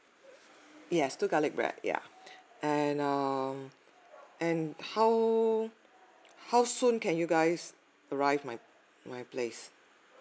yes two garlic bread ya and err and how how soon can you guys arrive my my place